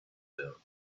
there